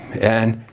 and